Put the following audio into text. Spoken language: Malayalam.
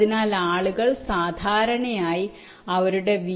അതിനാൽ ആളുകൾ സാധാരണയായി അവരുടെ വി